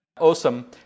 Awesome